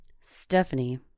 Stephanie